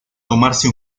tomarse